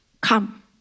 come